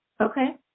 Okay